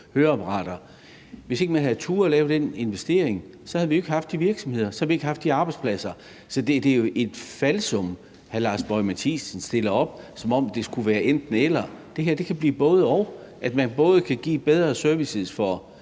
kunne få adgang til at få høreapparater – så havde vi ikke haft de virksomheder, så havde vi ikke haft de arbejdspladser. Så det er jo et falsum, hr. Lars Boje Mathiesen stiller op, som om det skulle være et enten-eller. Det her kan blive et både-og, altså at man både kan give bedre service til